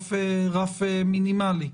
רף מינימלי.